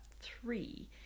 three